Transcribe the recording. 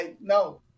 No